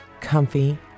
comfy